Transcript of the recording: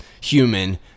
human